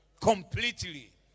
Completely